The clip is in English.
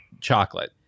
chocolate